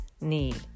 need